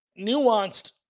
nuanced